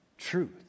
truth